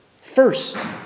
first